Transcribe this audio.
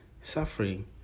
suffering